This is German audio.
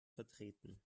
vertreten